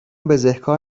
بزهکار